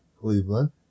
Cleveland